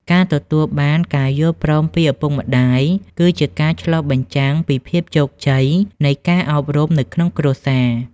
ការទទួលបានការយល់ព្រមពីឪពុកម្ដាយ គឺជាការឆ្លុះបញ្ចាំងពីភាពជោគជ័យនៃការអប់រំនៅក្នុងគ្រួសារ។